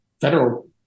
federal